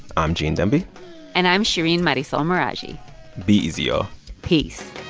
i'm gene demby and i'm shereen marisol meraji be easy, y'all peace